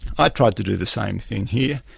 i tried to do the same thing here,